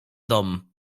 dom